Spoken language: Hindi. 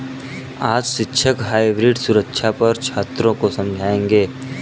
आज शिक्षक हाइब्रिड सुरक्षा पर छात्रों को समझाएँगे